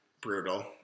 brutal